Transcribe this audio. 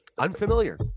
unfamiliar